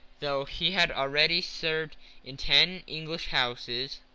though he had already served in ten english houses.